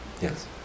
Yes